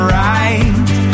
right